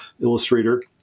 illustrator